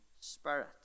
Spirit